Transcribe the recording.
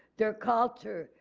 their culture,